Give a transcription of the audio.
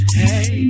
hey